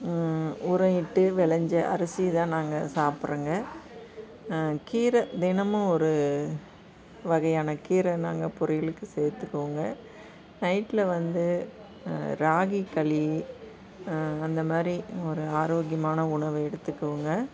உரம் இட்டு விளஞ்ச அரிசிதான் நாங்கள் சாப்பிட்றோங்க கீர தினமும் ஒரு வகையான கீரை நாங்கள் பொரியலுக்கு சேர்த்துக்குவோங்க நைட்டில் வந்து ராகி களி அந்த மாதிரி ஒரு ஆரோக்கியமான உணவு எடுத்துக்குவோங்க